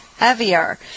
heavier